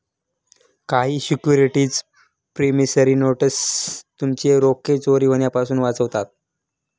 काही securities promissory notes तुमचे रोखे चोरी होण्यापासून वाचवतात